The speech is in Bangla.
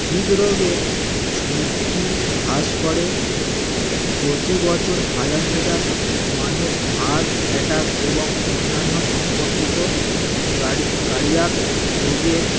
হৃদরোগের ঝুঁকি হ্রাস করে প্রতি বছর হাজার হাজার মানুষ হার্ট অ্যাটাক এবং অন্যান্য সম্পর্কিত কার্ডিয়াক রোগের